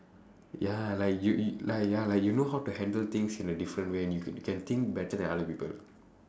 ya like you you like ya like you know how to handle things in a different way and you can think better than other people